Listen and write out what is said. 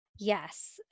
Yes